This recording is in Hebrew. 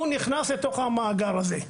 הוא נכנס לתוך המאגר הזה.